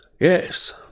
Yes